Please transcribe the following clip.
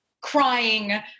crying